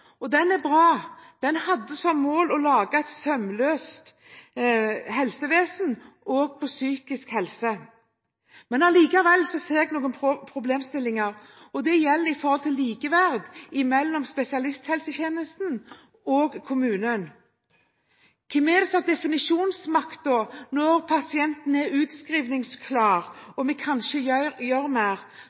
og den er bra. Den hadde som mål å lage et sømløst helsevesen, også innen psykisk helse. Men allikevel ser jeg noen problemstillinger, og det gjelder likeverd mellom spesialisthelsetjenesten og kommunen. Hvem er det som har makten til å definere når pasienten er utskrivningsklar, og vi ikke kan gjøre mer?